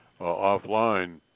offline